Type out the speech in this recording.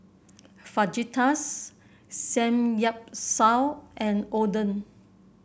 Fajitas Samgyeopsal and Oden